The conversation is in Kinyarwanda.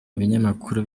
binyamakuru